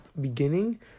beginning